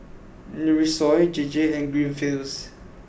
Nutrisoy J J and Greenfields